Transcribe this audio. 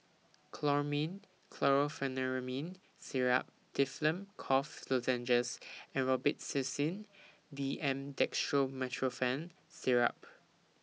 Chlormine Chlorpheniramine Syrup Difflam Cough Lozenges and Robitussin D M Dextromethorphan Syrup